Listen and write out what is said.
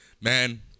Man